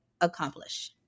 accomplish